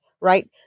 right